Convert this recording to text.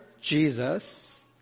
Jesus